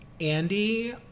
Andy